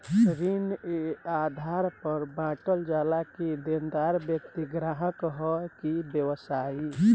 ऋण ए आधार पर भी बॉटल जाला कि देनदार व्यक्ति ग्राहक ह कि व्यवसायी